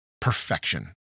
perfection